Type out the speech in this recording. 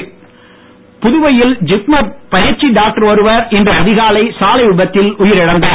புதுவை விபத்து புதுவையில் ஜிப்மர் பயிற்சி டாக்டர் ஒருவர் இன்று அதிகாலை சாலை விபத்தில் உயிர் இழந்தார்